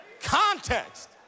context